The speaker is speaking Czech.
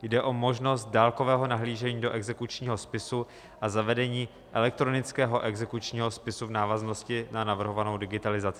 Jde o možnost dálkového nahlížení do exekučního spisu a zavedení elektronického exekučního spisu v návaznosti na navrhovanou digitalizaci.